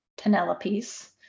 Penelopes